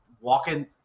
Walking